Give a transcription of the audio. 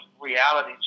reality